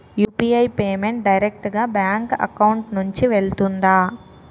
UPI payment direct గా bank account నుంచి వెళ్తుందా?